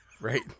Right